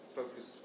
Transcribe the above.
focus